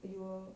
you will